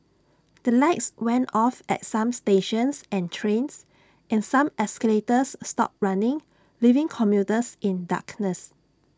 the lights went off at some stations and trains and some escalators stopped running leaving commuters in darkness